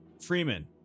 Freeman